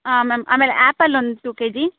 ಆಂ ma'am ಆಮೇಲೆ apple ಒಂದು two K G